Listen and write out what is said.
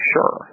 Sure